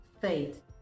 faith